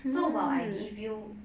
so while I give you